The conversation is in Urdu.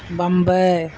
ممبئی